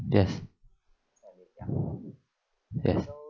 yes yes